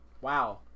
Wow